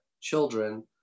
children